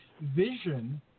vision